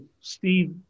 Steve